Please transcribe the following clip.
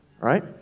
right